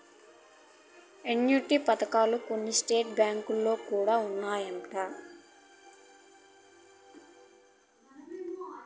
annuity పథకాలు కొన్ని state బ్యాంకులో కూడా ఉన్నాయంట